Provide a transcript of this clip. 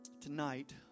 tonight